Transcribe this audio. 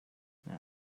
now